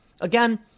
Again